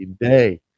day